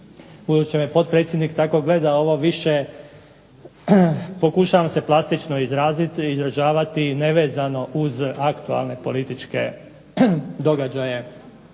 Budući da me potpredsjednik tako gleda ovo više pokušavam se plastično izraziti i izražavati nevezano uz aktualne političke događaje